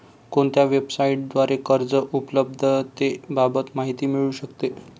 कोणत्या वेबसाईटद्वारे कर्ज उपलब्धतेबाबत माहिती मिळू शकते?